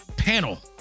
Panel